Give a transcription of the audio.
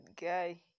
guy